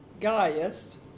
Gaius